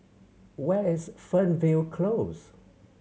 where is Fernvale Close